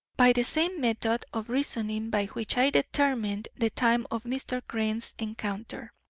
by the same method of reasoning by which i determined the time of mr. crane's encounter.